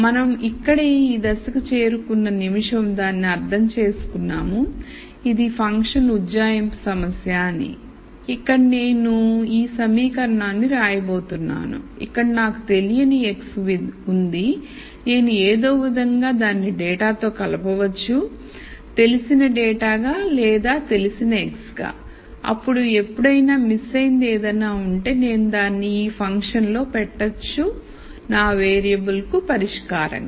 మనం ఇక్కడే ఈ దశకు చేరుకున్న నిమిషం దానిని అర్థం చేసుకున్నాము ఇది ఫంక్షన్ ఉజ్జాయింపు సమస్య అని ఇక్కడ నేను ఈ సమీకరణం ని రాయబోతున్నానుఇక్కడ నాకు తెలియని x ఉంది నేను ఏదో విధంగా దానిని డేటా తో కలపవచ్చు తెలిసిన డేటా గా లేదా తెలిసిన x గా అప్పుడు ఎప్పుడైనా మిస్ అయింది ఏదైనా ఉంటే నేను దానిని ఈ ఫంక్షన్ లో పెట్టొచ్చునా వేరియబుల్ కు పరిష్కారంగా